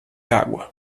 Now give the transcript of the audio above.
água